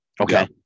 Okay